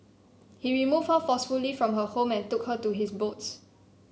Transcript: he removed her forcefully from her home and took her to his boats